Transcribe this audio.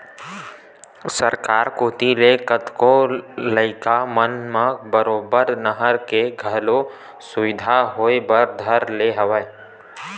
सरकार कोती ले कतको इलाका मन म बरोबर नहर के घलो सुबिधा होय बर धर ले हवय